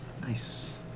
Nice